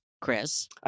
Chris